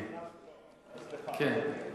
סליחה,